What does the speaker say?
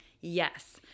Yes